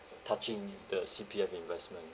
touching the C_P_F investment